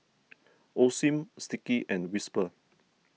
Osim Sticky and Whisper